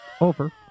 Over